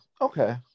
Okay